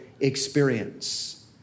experience